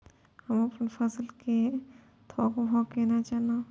हम अपन फसल कै थौक भाव केना जानब?